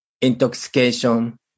intoxication